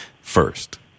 first